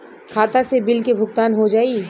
खाता से बिल के भुगतान हो जाई?